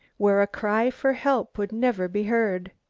where a cry for help would never be heard?